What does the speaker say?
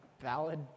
valid